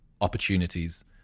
opportunities